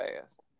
fast